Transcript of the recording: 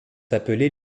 appelés